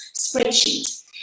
spreadsheet